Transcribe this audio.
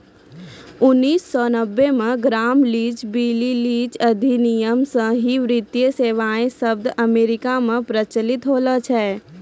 उन्नीस सौ नब्बे मे ग्राम लीच ब्लीली अधिनियम से ही वित्तीय सेबाएँ शब्द अमेरिका मे प्रचलित होलो छलै